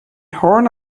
horn